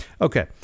Okay